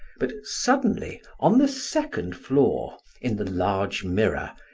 but suddenly on the second floor, in the large mirror,